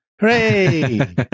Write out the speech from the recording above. Hooray